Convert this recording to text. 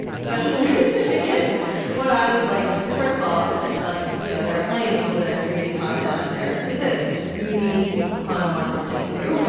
so what i would like to say first of all that like you know there are plenty of people that are creating content out there. it's a really fun wonderful thing to do.